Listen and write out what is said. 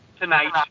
Tonight